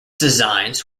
designs